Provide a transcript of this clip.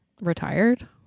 retired